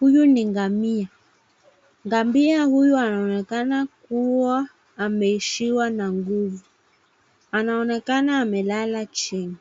Huyu ni Ngamia. Ngamia huyu anaonekana kuwa ameishiwa na nguvu anaonekana amelala chini.